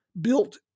built